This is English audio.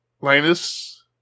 linus